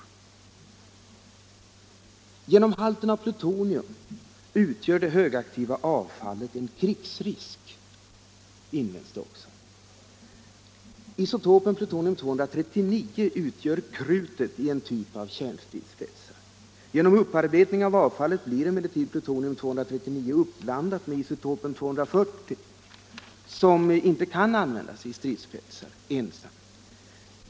På grund av halten av plutonium utgör det högaktiva avfallet en krigsrisk, invänds det också. Isotopen plutonium 239 utgör ”krutet” i en typ av kärnstridsspetsar. Genom upparbetning av avfallet blir emellertid plutonium 239 uppblandat med isotopen 240, som inte kan användas i stridsspetsar.